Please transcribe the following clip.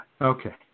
okay